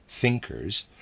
thinkers